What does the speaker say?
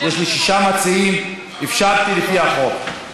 יש לי שישה מציעים, אפשרתי לפי החוק.